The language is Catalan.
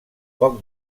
poc